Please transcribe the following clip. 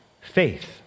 faith